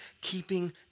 Keeping